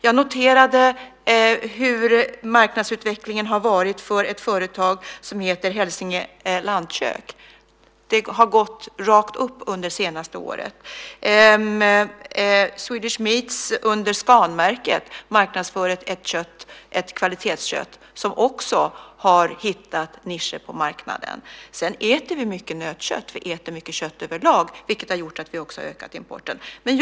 Jag noterade hur marknadsutvecklingen har varit för ett företag som heter Hälsinge Lantkök. Det har gått rakt upp under det senaste året. Swedish Meats marknadsför under Scanmärket ett kvalitetskött som också har hittat nischer på marknaden. Sedan äter vi mycket nötkött. Vi äter mycket kött över lag, vilket har gjort att vi också har ökat importen.